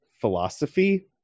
philosophy